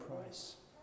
price